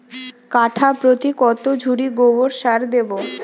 কাঠাপ্রতি কত ঝুড়ি গোবর সার দেবো?